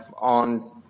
On